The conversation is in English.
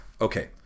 okay